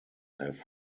have